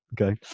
Okay